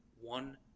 one